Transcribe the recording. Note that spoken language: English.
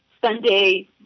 Sunday